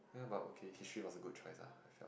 ya but okay history was a good choice lah I felt